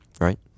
right